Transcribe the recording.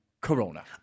Corona